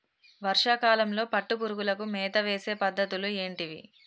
వర్షా కాలంలో పట్టు పురుగులకు మేత వేసే పద్ధతులు ఏంటివి?